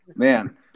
Man